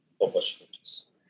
opportunities